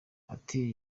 ati